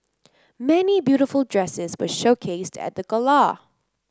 many beautiful dresses were showcased at the gala